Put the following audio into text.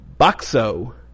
Boxo